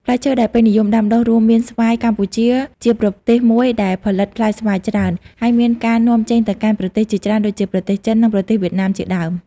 ផ្លែឈើដែលពេញនិយមដាំដុះរួមមានស្វាយ កម្ពុជាជាប្រទេសមួយដែលផលិតផ្លែស្វាយច្រើន ហើយមានការនាំចេញទៅកាន់ប្រទេសជាច្រើនដូចជា ប្រទេសចិន និងប្រទេសវៀតណាមជាដើម។